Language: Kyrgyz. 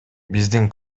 биздин